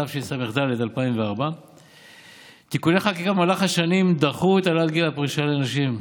התשס"ד 2004. בתיקוני חקיקה במהלך השנים דחו את העלאת גיל הפרישה לנשים,